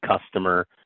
customer